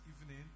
evening